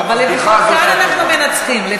אבל לפחות כאן אנחנו מנצחות.